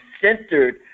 centered